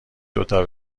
دوتا